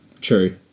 True